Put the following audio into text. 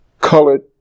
Colored